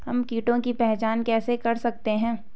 हम कीटों की पहचान कैसे कर सकते हैं?